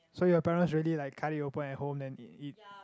so your parents really like cut it open at home then eat eat